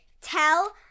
tell